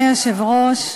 אדוני היושב-ראש,